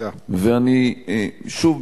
אני שוב,